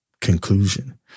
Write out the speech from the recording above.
conclusion